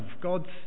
God's